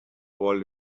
war